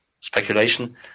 speculation